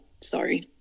sorry